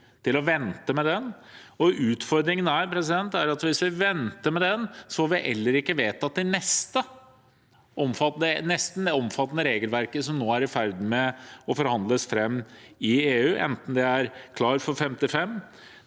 til å vente med den. Utfordringen er at hvis vi venter med den, får vi heller ikke vedtatt det neste omfattende regelverket som nå er i ferd med å forhandles fram i EU, enten det er Klar for 55, de